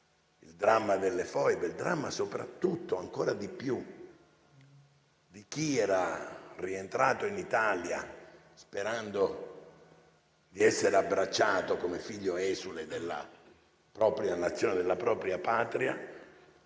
il dramma delle foibe, il dramma soprattutto di chi era rientrato in Italia sperando di essere abbracciato come figlio esule della propria Nazione, della propria Patria,